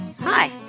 Hi